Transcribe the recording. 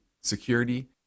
security